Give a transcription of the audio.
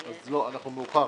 לא, אנחנו מאוחר.